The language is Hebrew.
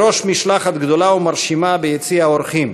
בראש משלחת גדולה ומרשימה, ביציע האורחים,